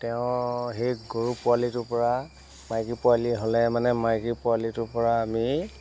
তেও সেই গৰু পোৱালিটোৰ পৰা মাইকী পোৱালি হ'লে মানে মাইকী পোৱালিটোৰ পৰা আমি